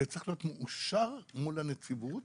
זה צריך להיות מאושר מול הנציבות,